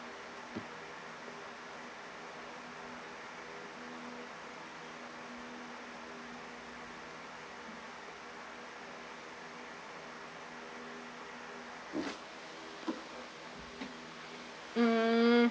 mm